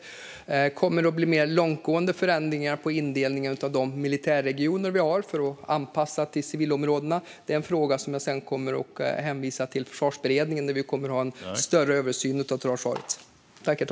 Om det kommer att bli mer långtgående förändringar vad gäller indelningen av de militärregioner vi har för att anpassa till civilområdena är en fråga som jag kommer att hänvisa till Försvarsberedningen, där vi kommer att göra en större översyn av totalförsvaret.